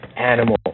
animal